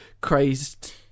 crazed